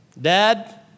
Dad